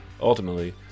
ultimately